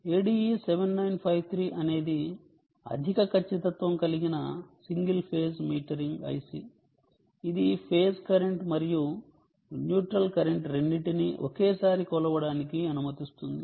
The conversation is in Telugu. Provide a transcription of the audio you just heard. ADE7953 అనేది అధిక ఖచ్చితత్వం కలిగిన సింగిల్ ఫేజ్ మీటరింగ్ IC ఇది ఫేస్ కరెంట్ మరియు న్యూట్రల్ కరెంట్ రెండింటినీ ఒకేసారి కొలవడానికి అనుమతిస్తుంది